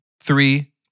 Three